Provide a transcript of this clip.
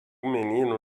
menino